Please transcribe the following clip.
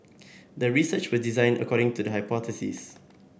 the research was designed according to the hypothesis